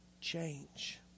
change